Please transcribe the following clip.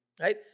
Right